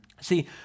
See